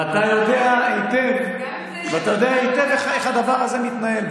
ואתה יודע היטב איך הדבר הזה מתנהל.